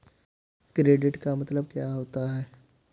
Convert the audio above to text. Credit का मतलब क्या होता है?